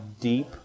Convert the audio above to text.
deep